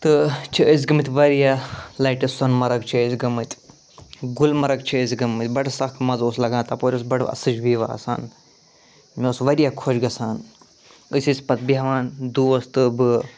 تہٕ چھِ أسۍ گٔمٕتۍ واریاہ لَٹہِ سۄنہٕ مرگ چھِ أسۍ گٔمٕتۍ گُلمرگ چھِ أسۍ گٔمٕتۍ بَڑٕ سَخ مَزٕ اوس لَگان تَپٲرۍ اوس بَڑٕ اصٕل وِو آسان مےٚ اوس واریاہ خۄش گژھان أسۍ ٲسۍ پتہٕ بیٚہوان دوست تہٕ بہٕ